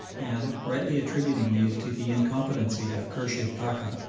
and, rightly attributing these to the incompetency of khurshid pacha,